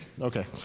Okay